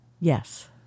Yes